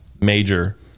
major